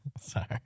Sorry